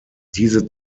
diese